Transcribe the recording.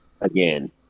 again